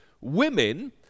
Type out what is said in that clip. Women